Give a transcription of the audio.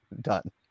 Done